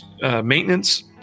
maintenance